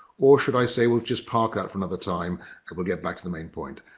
or should i say, we'll just park at another time and we'll get back to the main point?